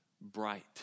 bright